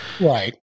Right